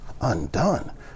undone